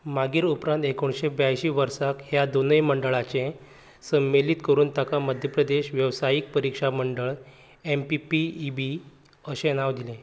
मागीर उखान एकुणिश्शे ब्यायशी वर्साक ह्या दोनूय मंडळांचें सम्मिलीत करून ताका मध्यप्रदेश वेवसायीक परिक्षा मंडळ M P P E B अशें नांव दिलें